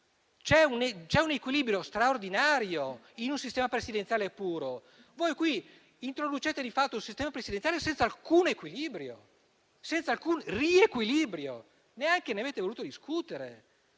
c'è un equilibrio straordinario in un sistema presidenziale puro. Voi qui introducete di fatto un sistema presidenziale senza alcun equilibrio, senza alcun riequilibrio; neanche ne avete voluto discutere.